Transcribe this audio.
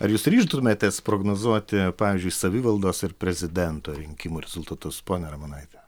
ar jūs ryžtumėtės prognozuoti pavyzdžiui savivaldos ir prezidento rinkimų rezultatus ponia ramonaite